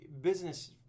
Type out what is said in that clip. business